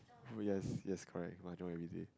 oh yes yes correct mahjong everyday